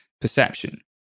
perception